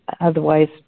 otherwise